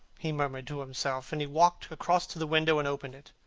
he murmured to himself, and he walked across to the window and opened it.